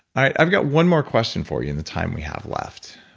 i've got one more question for you in the time we have left.